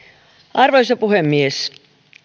arvoisa puhemies